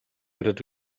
rydw